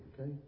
okay